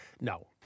no